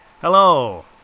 hello